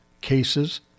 cases